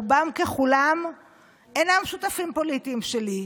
רובם ככולם אינם שותפים פוליטיים שלי: